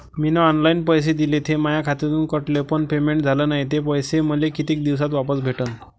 मीन online पैसे दिले, ते माया खात्यातून कटले, पण पेमेंट झाल नायं, ते पैसे मले कितीक दिवसात वापस भेटन?